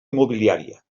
immobiliària